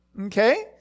okay